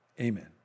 Amen